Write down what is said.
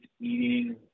eating